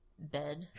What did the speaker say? bed